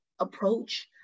approach